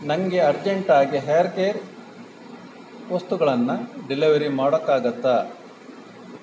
ನನಗೆ ಅರ್ಜೆಂಟಾಗಿ hair care ವಸ್ತುಗಳನ್ನು ಡೆಲಿವರಿ ಮಾಡೋಕ್ಕಾಗುತ್ತ